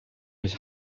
was